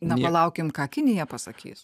na palaukim ką kinija pasakys